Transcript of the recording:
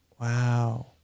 Wow